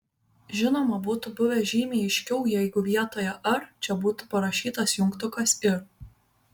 žinoma būtų buvę žymiai aiškiau jeigu vietoje ar čia būtų parašytas jungtukas ir